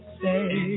say